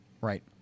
right